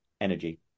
energy